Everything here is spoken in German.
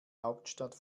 hauptstadt